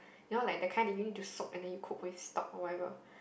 you know like the kind that you need to soak and then you cook with stock or whatever